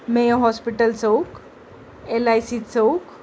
Mayo hospital चौक L I C Chowk